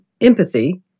empathy